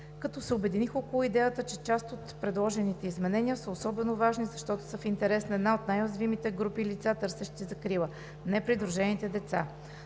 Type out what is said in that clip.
като се обединиха около идеята, че част от предложените изменения са особено важни, защото са в интерес на една от най-уязвимите групи лица, търсещи закрила – непридружените деца.